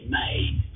made